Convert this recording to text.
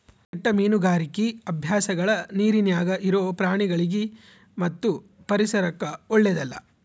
ಕೆಟ್ಟ ಮೀನುಗಾರಿಕಿ ಅಭ್ಯಾಸಗಳ ನೀರಿನ್ಯಾಗ ಇರೊ ಪ್ರಾಣಿಗಳಿಗಿ ಮತ್ತು ಪರಿಸರಕ್ಕ ಓಳ್ಳೆದಲ್ಲ